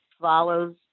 follows